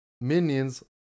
Minions